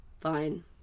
fine